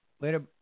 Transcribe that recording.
Later